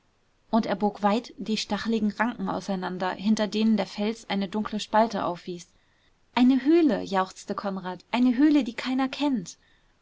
und er bog weit die stachligen ranken auseinander hinter denen der fels eine dunkle spalte aufwies eine höhle jauchzte konrad eine höhle die keiner kennt